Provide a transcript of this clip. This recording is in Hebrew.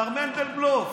מר מנדלבלוף,